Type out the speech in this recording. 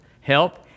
help